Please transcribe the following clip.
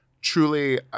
truly